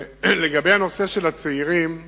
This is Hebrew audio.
לגבי הנושא של הצעירים,